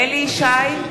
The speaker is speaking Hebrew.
אליהו ישי,